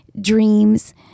dreams